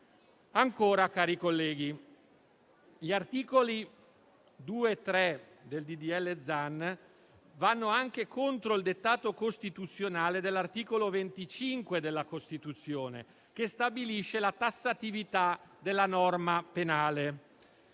Inoltre, gli articoli 2 e 3 del disegno di legge Zan vanno anche contro il dettato costituzionale dell'articolo 25 della Costituzione, che stabilisce la tassatività della norma penale.